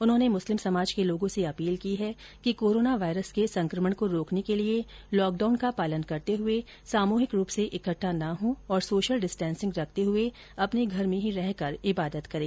उन्होंने मुस्लिम समाज के लोगों से अपील की है कि कोरोना वायरस के संकमण को रोकने के लिए लॉकडाउन का पालन करते हुए सामुहिक रूप से इकट्ठा ना हो और सोशल डिस्टेसिंग रखते हुए अपने घर में ही रहकर इबादत करें